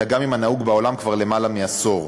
אלא גם לנהוג בעולם כבר למעלה מעשור.